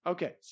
Okay